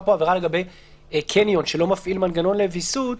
לגבי קניון שלא מפעיל מנגנון לוויסות,